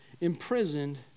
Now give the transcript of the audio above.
imprisoned